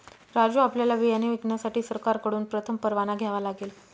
राजू आपल्याला बियाणे विकण्यासाठी सरकारकडून प्रथम परवाना घ्यावा लागेल